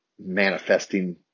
manifesting